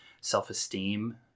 Self-esteem